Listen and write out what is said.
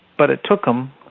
but it took them